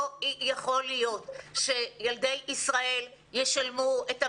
לא יכול להיות שילדי ישראל ישלמו את המחיר.